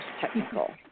technical